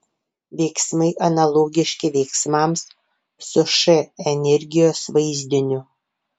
veiksmai analogiški veiksmams su š energijos vaizdiniu